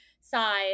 size